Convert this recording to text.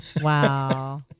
Wow